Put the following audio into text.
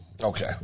Okay